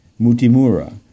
Mutimura